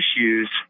issues